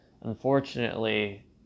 unfortunately